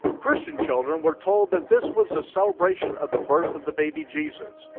christian children were told that this was a celebration of the birth of the baby jesus.